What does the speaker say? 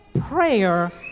Prayer